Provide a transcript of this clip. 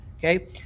Okay